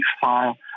file